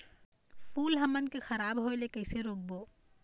फूल हमन के खराब होए ले कैसे रोकबो?